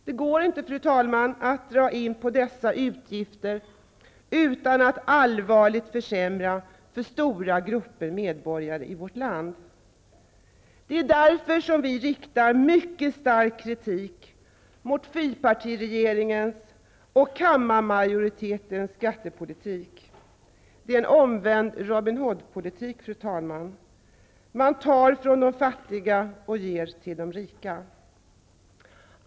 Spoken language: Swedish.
Det går inte, fru talman, att dra in på dessa utgifter utan att allvarligt försämra för stora grupper i vårt land. Det är därför som vi riktar mycket stark kritik mot fyrpartiregeringen och kammarmajoritetens skattepolitik. Det är en omvänd Robin Hoodpolitik. Man tar från de fattiga och ger till de rika.